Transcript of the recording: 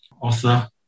author